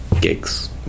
gigs